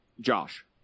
Josh